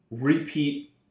repeat